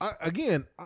again